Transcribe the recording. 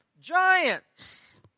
Giants